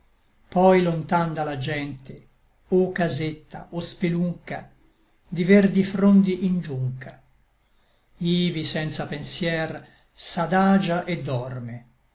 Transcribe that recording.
poi lontan da la gente o casetta o spelunca di verdi frondi ingiuncha ivi senza pensier s'adagia et dorme